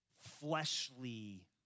fleshly